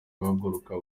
guhaguruka